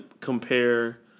compare